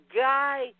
guy